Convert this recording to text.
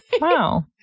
Wow